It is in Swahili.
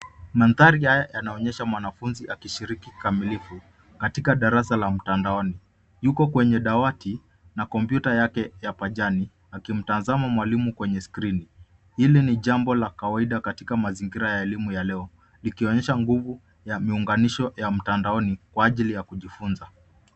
Maandari haya yanaonyesha mwanafunzi akishiriki kikamilivu katika darasa la mtandaoni, yuko kwenye dawati na kompyuta yake pajani akitazama mwalimu kwenye skrini, ili ni jambo la kawaida katika mazingira ya elimu ya leo, likionyesha nguvu yamunganisho ya mtandaoni kwa ajili ya kujifunza.